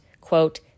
quote